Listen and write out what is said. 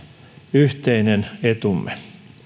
yhteinen etumme